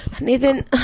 Nathan